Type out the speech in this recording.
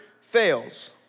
fails